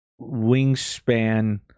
wingspan